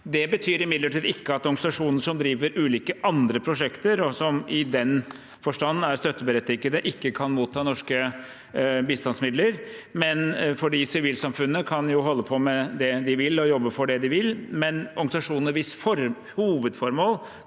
imidlertid ikke at organisasjoner som driver ulike andre prosjekter, og som i den forstand er støtteberettigede, ikke kan motta norske bistandsmidler, for sivilsamfunnet kan jo holde på med det de vil, og jobbe for det de vil, men organisasjoner hvis hovedformål